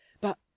but